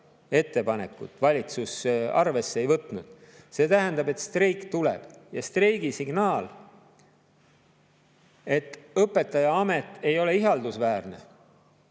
ettepanekut valitsus arvesse ei võtnud. See tähendab, et streik tuleb. Streigi signaal on, et õpetajaamet ei ole ihaldusväärne,